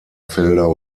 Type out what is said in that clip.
felder